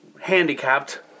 handicapped